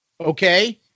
Okay